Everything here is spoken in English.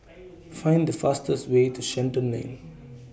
Find The fastest Way to Shenton Lane